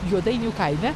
juodainių kaime